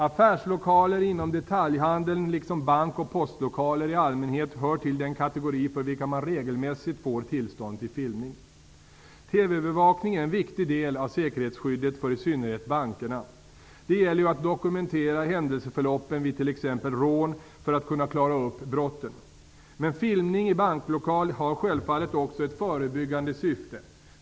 Affärslokaler inom detaljhandeln, liksom bankoch postlokaler i allmänhet, hör till den kategori för vilken man regelmässigt får tillstånd till filmning. TV-övervakning är en viktig del av säkerhetsskyddet för i synnerhet bankerna. Det gäller ju att dokumentera händelseförloppen vid t.ex. rån, för att man skall kunna klara upp brotten. Men filmning i banklokal har självfallet också ett förebyggande syfte.